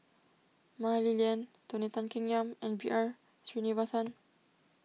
Mah Li Lian Tony Tan Keng Yam and B R Sreenivasan